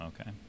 okay